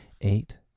Eight